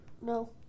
No